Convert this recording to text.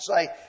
say